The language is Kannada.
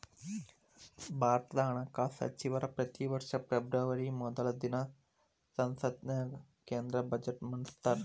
ಭಾರತದ ಹಣಕಾಸ ಸಚಿವರ ಪ್ರತಿ ವರ್ಷ ಫೆಬ್ರವರಿ ಮೊದಲ ದಿನ ಸಂಸತ್ತಿನ್ಯಾಗ ಕೇಂದ್ರ ಬಜೆಟ್ನ ಮಂಡಿಸ್ತಾರ